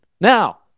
Now